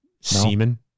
Semen